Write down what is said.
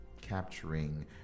capturing